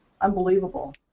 unbelievable